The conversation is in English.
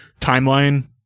timeline